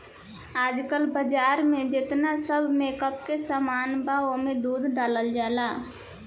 आजकल बाजार में जेतना सब मेकअप के सामान बा ओमे दूध डालल जाला